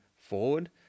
forward